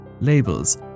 labels